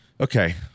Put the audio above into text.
Okay